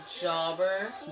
jobber